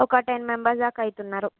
ఒక ten members దాకా అవుతున్నారు